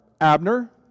Abner